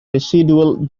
residual